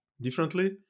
differently